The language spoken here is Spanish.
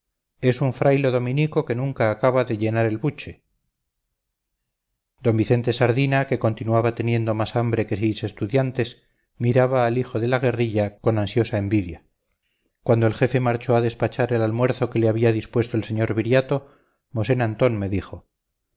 es un fraile dominico que nunca acaba de llenar el buche d vicente sardina que continuaba teniendo más hambre que seis estudiantes miraba al hijo de la guerrilla con ansiosa envidia cuando el jefe marchó a despachar el almuerzo que le había dispuesto el señor viriato mosén antón me dijo